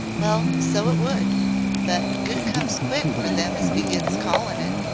well, so it would but good comes quick for them as begins callin' it.